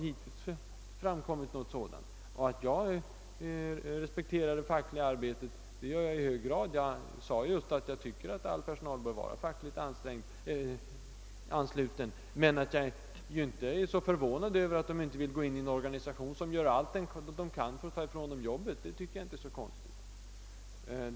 Hittills har inte något sådant framkommit. Jag själv respekterar det fackliga arbetet i hög grad; jag sade ju nyss att jag anser att all personal bör vara fackligt ansluten. Men att människor inte vill gå in i en organisation, som gör allt den kan för att ta ifrån dem jobbet, tycker jag inte är så underligt.